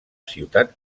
ciutat